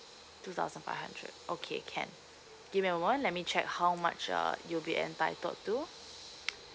two thousand five hundred okay can give me a moment let me check how much uh you'll be entitled to